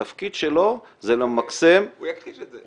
התפקיד שלו זה למקסם --- הוא יכחיש את זה.